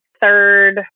third